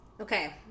Okay